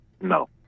No